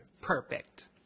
perfect